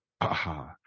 aha